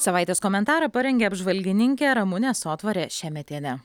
savaitės komentarą parengė apžvalgininkė ramunė sotvarė šemetienė